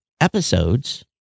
episodes